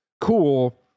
cool